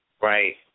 right